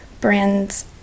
brands